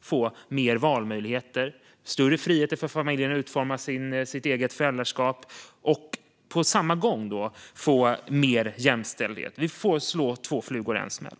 få mer valmöjligheter och större frihet för familjerna att utforma sitt eget föräldraskap och på samma gång få mer jämställdhet. Vi slår då två flugor i en smäll.